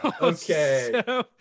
okay